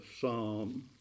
psalm